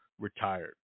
retired